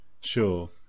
sure